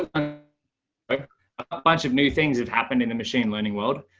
um like ah bunch of new things have happened in the machine learning world.